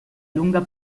lunga